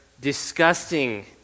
disgusting